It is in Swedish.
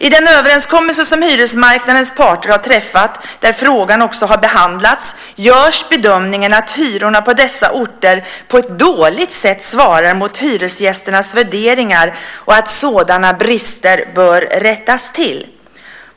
I den överenskommelse som hyresmarknadens parter har träffat, där frågan också har behandlats, görs bedömningen att hyrorna på dessa orter på ett dåligt sätt svarar mot hyresgästernas värderingar och att sådana brister bör rättas till.